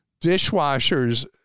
dishwashers